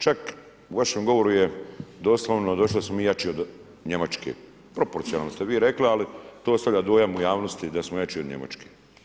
Čak u vašem govoru je doslovno došlo da smo mi jači od Njemačke, proporcionalno ste vi rekli ali to ostavlja dojam u javnosti da smo jači od Njemačke.